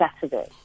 Saturday